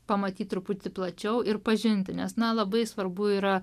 pamatyt truputį plačiau ir pažinti nes na labai svarbu yra